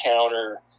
counter